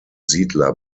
siedler